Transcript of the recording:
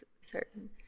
certain